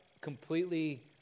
completely